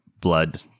blood